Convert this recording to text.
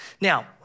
Now